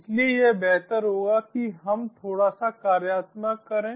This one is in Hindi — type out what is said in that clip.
इसलिए यह बेहतर होगा कि हम थोड़ा सा कार्यात्मक करें